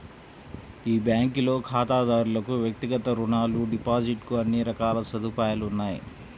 ఈ బ్యాంకులో ఖాతాదారులకు వ్యక్తిగత రుణాలు, డిపాజిట్ కు అన్ని రకాల సదుపాయాలు ఉన్నాయి